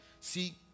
See